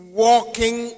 walking